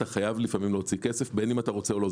לפעמים אתה חייב להוציא כסף בין אם אתה רוצה או לא.